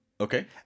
Okay